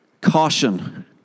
Caution